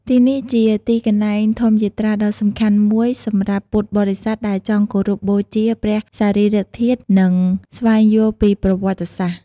ទីនេះជាទីកន្លែងធម្មយាត្រាដ៏សំខាន់មួយសម្រាប់ពុទ្ធបរិស័ទដែលចង់គោរពបូជាព្រះសារីរិកធាតុ និងស្វែងយល់ពីប្រវត្តិសាស្ត្រ។